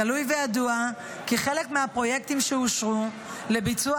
גלוי וידוע כי חלק מהפרויקטים שאושרו לביצוע